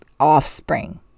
offspring